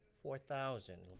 four thousand